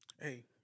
Hey